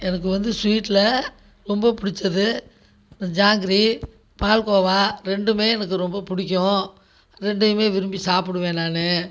எனக்கு வந்து ஸ்வீட்டில் ரொம்ப பிடிச்சது ஜாங்கிரி பால்கோவா ரெண்டுமே எனக்கு ரொம்ப பிடிக்கும் ரெண்டையுமே விரும்ப சாப்புடுவ நானு